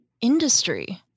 industry